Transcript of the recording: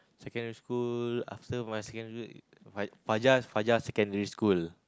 secondary school after my secondary my Fajar Fajar Secondary School